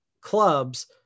clubs